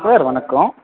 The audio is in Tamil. சார் வணக்கம்